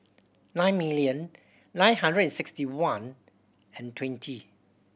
nine million nine hundred sixty one and twenty